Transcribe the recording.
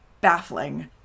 baffling